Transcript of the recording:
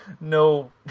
No